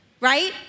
right